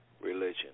religion